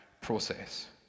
process